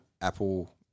apple